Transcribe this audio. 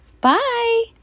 bye